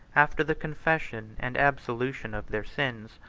after the confession and absolution of their sins,